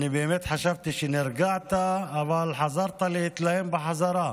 באמת חשבתי שנרגעת, אבל חזרת להתלהם בחזרה.